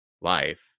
life